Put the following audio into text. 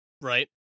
Right